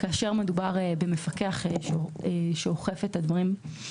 כאשר מדובר במפקח שאוכף את הדברים.